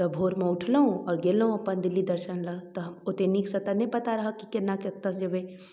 तऽ भोरमे उठलहुँ आओर गेलहुँ अपन दिल्ली दर्शन लए तहन ओत्ते नीकसँ तऽ नहि पता रहए कि केना कतऽ जेबै